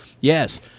Yes